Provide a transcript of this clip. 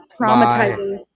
traumatizing